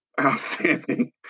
Outstanding